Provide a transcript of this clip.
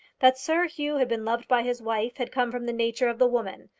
that sir hugh had been loved by his wife had come from the nature of the woman,